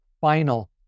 final